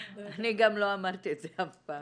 אני גם לא אמרתי את זה אף פעם.